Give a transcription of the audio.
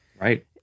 right